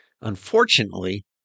Unfortunately